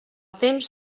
temps